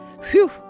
Phew